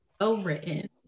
overwritten